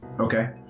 Okay